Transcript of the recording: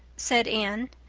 said anne.